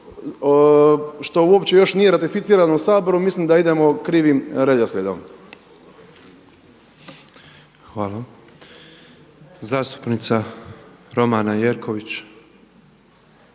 što uopće još nije ratificirano u Saboru, mislim da idemo krivim redoslijedom. **Petrov, Božo (MOST)** Hvala. Zastupnica Romana Jerković.